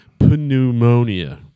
pneumonia